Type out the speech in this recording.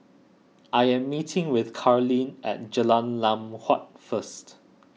I am meeting with Carleen at Jalan Lam Huat first